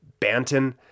Banton